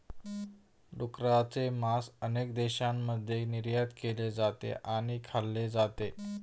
डुकराचे मांस अनेक देशांमध्ये निर्यात केले जाते आणि खाल्ले जाते